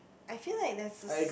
I feel like there's a